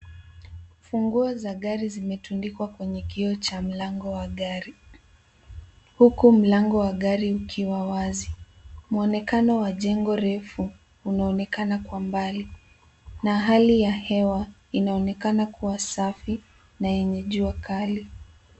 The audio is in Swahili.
Funguo za gari zimetundikwa kwenye kioo cha mlango wa gari huko mlango wa gari ukiwa wazi. Muonekano wa jengo refu unaonekana kwa mbali na hali ya hewa inaonekana kuwa safi na yenye jua kali.